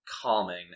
calming